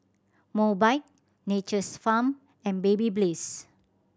Mobike Nature's Farm and Babyliss